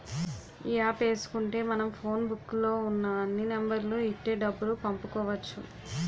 ఈ యాప్ ఏసుకుంటే మనం ఫోన్ బుక్కు లో ఉన్న అన్ని నెంబర్లకు ఇట్టే డబ్బులు పంపుకోవచ్చు